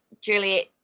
Juliet